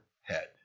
head